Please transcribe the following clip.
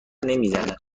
نمیزنه